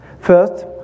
First